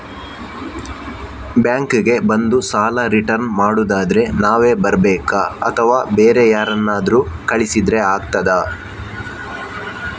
Bank ಗೆ ಬಂದು ಸಾಲ ರಿಟರ್ನ್ ಮಾಡುದಾದ್ರೆ ನಾವೇ ಬರ್ಬೇಕಾ ಅಥವಾ ಬೇರೆ ಯಾರನ್ನಾದ್ರೂ ಕಳಿಸಿದ್ರೆ ಆಗ್ತದಾ?